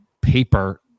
paper